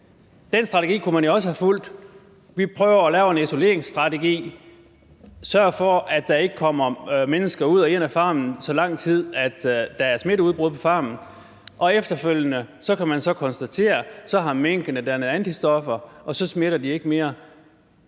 anden strategi og have sagt: Vi prøver at lave en isoleringsstrategi, sørger for, at der ikke kommer mennesker ud og ind af farmen, så længe der er smitteudbrud på farmen – og efterfølgende kan man så konstatere, at så har minkene dannet antistoffer, og så smitter de ikke mere.